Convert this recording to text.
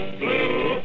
blue